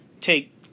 take